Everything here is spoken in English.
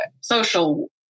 social